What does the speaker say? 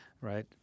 right